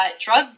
drug